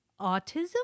autism